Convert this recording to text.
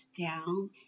down